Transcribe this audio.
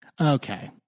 okay